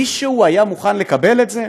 מישהו היה מוכן לקבל את זה?